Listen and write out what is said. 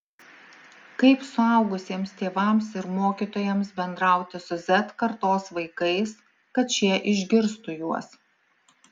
kaip suaugusiems tėvams ir mokytojams bendrauti su z kartos vaikais kad šie išgirstų juos